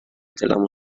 دلمو